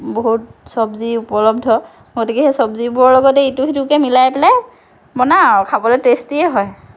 বহুত চবজি উপলদ্ধ গতিকে সেই চবজিবোৰৰ লগতে ইটো সিটোকে মিলাই পেলাই বনাওঁ আৰু খাবলৈ টেষ্টিয়ে হয়